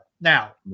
Now